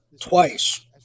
twice